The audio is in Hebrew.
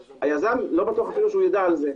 היזם, לא בטוח שיידע על זה.